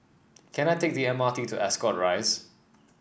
can I take the M R T to Ascot Rise